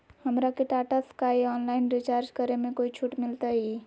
हमरा के Tata sky online recharge करे में कोई छूट मिलतई